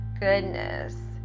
goodness